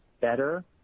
better